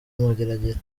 mageragere